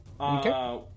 Okay